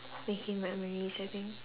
making memories I think